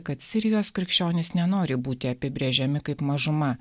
kad sirijos krikščionys nenori būti apibrėžiami kaip mažuma